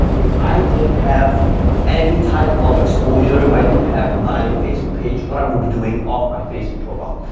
if i didn't have any type of exposure. if i didn't have my facebook page, what i would be doing off my facebook profile.